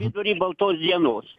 vidury baltos dienos